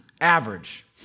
average